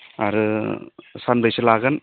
आरो सानबेसे लागोन